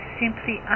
simply